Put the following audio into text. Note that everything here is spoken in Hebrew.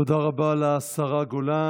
תודה רבה לשרה גולן.